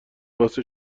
باعث